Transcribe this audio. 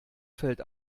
fällt